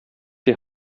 die